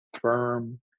firm